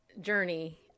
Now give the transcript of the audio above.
journey